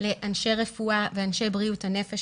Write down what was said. לאנשי רפואה ואנשי בריאות הנפש.